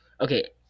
Okay